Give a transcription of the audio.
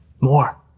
more